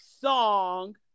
song